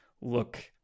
look